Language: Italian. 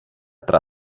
tra